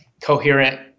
coherent